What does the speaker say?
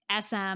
SM